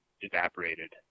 evaporated